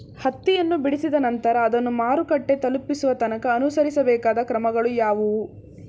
ಹತ್ತಿಯನ್ನು ಬಿಡಿಸಿದ ನಂತರ ಅದನ್ನು ಮಾರುಕಟ್ಟೆ ತಲುಪಿಸುವ ತನಕ ಅನುಸರಿಸಬೇಕಾದ ಕ್ರಮಗಳು ಯಾವುವು?